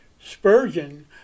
Spurgeon